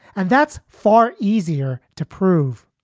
and that's far easier to prove.